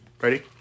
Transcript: Ready